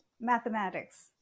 mathematics